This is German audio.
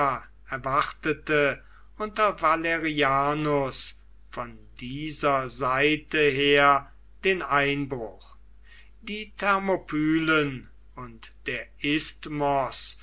erwartete unter valerianus von dieser seite her den einbruch die thermopylen und der